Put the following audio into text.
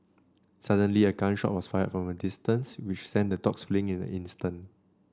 suddenly a gun shot was fired from a distance which sent the dogs fleeing in an instant